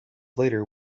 later